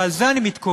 ועל זה אני מתקומם,